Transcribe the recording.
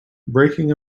breaking